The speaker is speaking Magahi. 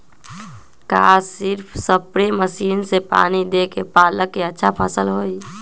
का सिर्फ सप्रे मशीन से पानी देके पालक के अच्छा फसल होई?